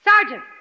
Sergeant